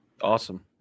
Awesome